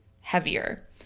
Heavier